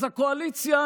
אז הקואליציה,